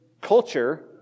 culture